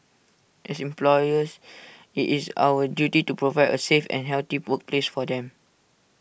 as employers IT is our duty to provide A safe and healthy workplace for them